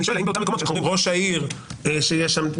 אבל אני שואל האם באותם מקומות שאנחנו אומרים שלראש העיר יש תפקיד